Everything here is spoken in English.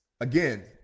again